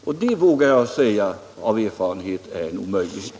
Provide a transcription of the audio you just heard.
Och det vågar jag säga av erfarenhet är en omöjlighet!